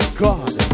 god